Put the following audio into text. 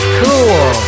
cool